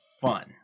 fun